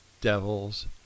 devils